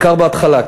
בעיקר בהתחלה,